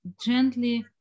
gently